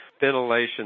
ventilation